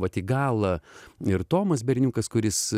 vat į galą ir tomas berniukas kuris